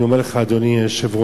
אני אומר לך, אדוני היושב-ראש,